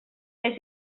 vés